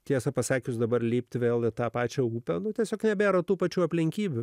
tiesą pasakius dabar lipti vėl į tą pačią upę nu tiesiog nebėra tų pačių aplinkybių